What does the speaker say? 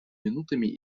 минутами